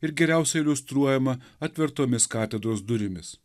ir geriausiai iliustruojama atvertomis katedros durimis